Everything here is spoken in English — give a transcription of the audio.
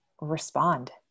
respond